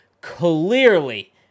clearly